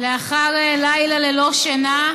לאחר לילה ללא שינה,